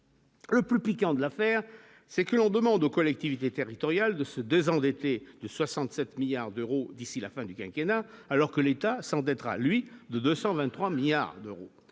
Le plus piquant de l'affaire, c'est que l'on demande aux collectivités territoriales de ce 2 endetté de 67 milliards d'euros d'ici la fin du quinquennat alors que l'État s'endette Raluy de 223 milliards d'euros